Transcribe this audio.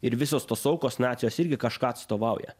ir visos tos aukos nacijos irgi kažką atstovauja